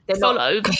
follow